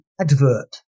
advert